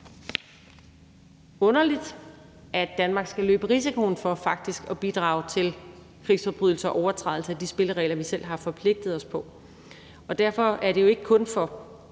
underligt, at Danmark skal løbe risikoen for faktisk at bidrage til krigsforbrydelser og overtrædelser af de spilleregler, vi selv har forpligtet os på, og derfor er det jo ikke kun for